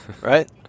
Right